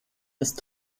ist